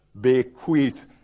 Bequeath